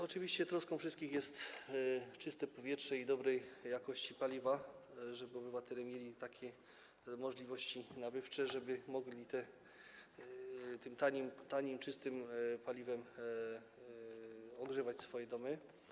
Oczywiście troską wszystkich jest czyste powietrze, dobrej jakości paliwa i to, żeby obywatele mieli takie możliwości nabywcze, żeby mogli tym tanim, czystym paliwem ogrzewać swoje domy.